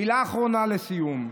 מילה אחרונה לסיום.